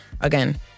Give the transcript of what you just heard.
again